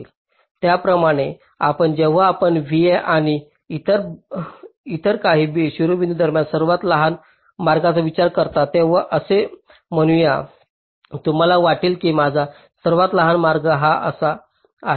त्याचप्रमाणे आपण जेव्हा आपण vi आणि काही इतर शिरोबिंदू दरम्यान सर्वात लहान मार्गाचा विचार करता तेव्हा असे म्हणू या तुम्हाला वाटेल की माझा सर्वात लहान मार्ग हा असा आहे